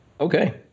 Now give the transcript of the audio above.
Okay